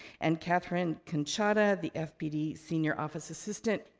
and kathryn conchada, the fpd senior office assistant,